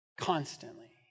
constantly